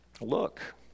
Look